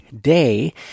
day